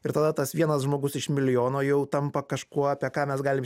ir tada tas vienas žmogus iš milijono jau tampa kažkuo apie ką mes galim